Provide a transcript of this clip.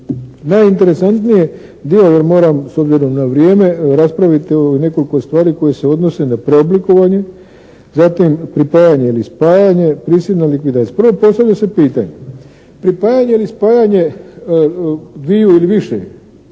najinteresantniji dio jer moram s obzirom na vrijeme raspraviti nekoliko stvari koje se odnose na preoblikovanje, zatim pripajanje ili spajanje, prisilna likvidacija. Prvo, postavlja se pitanje pripajanje ili spajanje dviju ili više